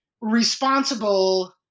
responsible